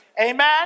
amen